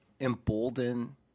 embolden